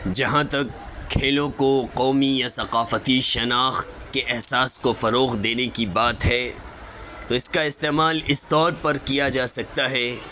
جہاں تک کھیلوں کو قومی یا ثقافتی شناخت کے احساس کو فروغ دینے کی بات ہے تو اس کا استعمال اس طور پر کیا جا سکتا ہے